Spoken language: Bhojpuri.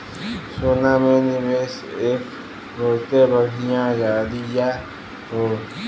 सोना में निवेस एक बहुते बढ़िया जरीया हौ